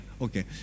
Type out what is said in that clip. Okay